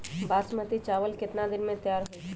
बासमती चावल केतना दिन में तयार होई?